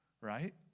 right